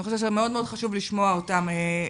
זה מאוד חשוב לשמוע אותם.